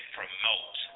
promote